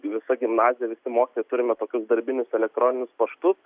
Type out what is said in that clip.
visa gimnazija visi mokytojai turime tokius darbinius elektroninius paštus